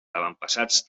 avantpassats